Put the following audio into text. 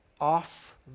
off